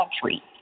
country